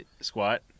squat